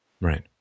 Right